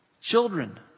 children